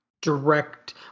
direct